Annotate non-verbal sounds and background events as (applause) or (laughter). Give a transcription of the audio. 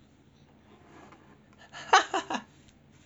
(laughs)